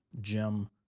Gem